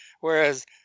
Whereas